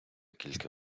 кілька